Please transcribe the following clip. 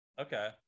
okay